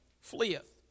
fleeth